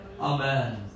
Amen